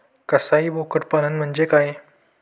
कसाई बोकड पालन म्हणजे काय?